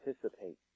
participate